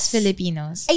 Filipinos